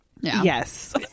yes